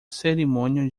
cerimônia